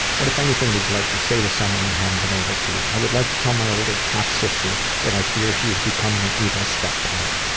what, if anything would you like to say to someone that you haven't been able to? i would like to tell my older half sister, that i fear she is becoming an evil stepparent.